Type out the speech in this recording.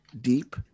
deep